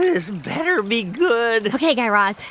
this better be good ok, guy raz.